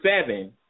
seven